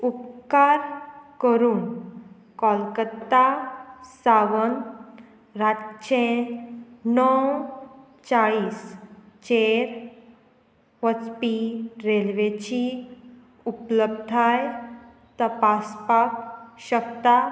उपकार करून कोलकत्ता सावन रातचे णव चाळीसचेर वचपी रेल्वेची उपलब्धताय तपासपाक शकता